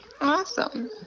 Awesome